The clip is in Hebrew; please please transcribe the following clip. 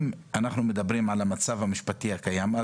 אם אנחנו מדברים על המצב המשפטי הקיים,